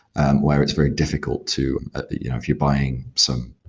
and where it's very difficult to you know if you're buying some,